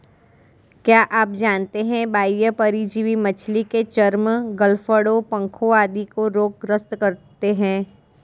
क्या आप जानते है बाह्य परजीवी मछली के चर्म, गलफड़ों, पंखों आदि को रोग ग्रस्त करते हैं?